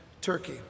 Turkey